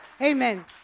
Amen